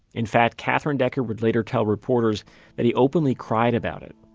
in fact, katherine decker would later tell reporters that he openly cried about it.